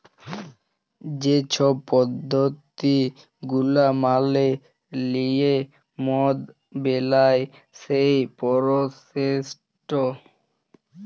যে ছব পদ্ধতি গুলা মালে লিঁয়ে মদ বেলায় সেই পরসেসট